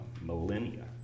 millennia